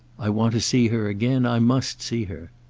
i want to see her again. i must see her.